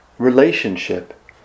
relationship